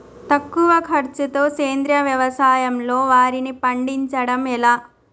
తక్కువ ఖర్చుతో సేంద్రీయ వ్యవసాయంలో వారిని పండించడం ఎలా?